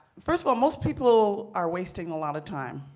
first of all, most people are wasting a lot of time.